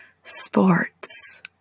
sports